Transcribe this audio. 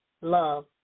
love